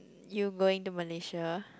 you going to Malaysia